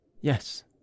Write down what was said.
yes